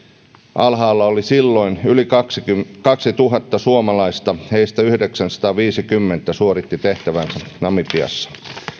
alhaalla oli silloin yli kaksituhatta suomalaista heistä yhdeksänsataaviisikymmentä suoritti tehtäväänsä namibiassa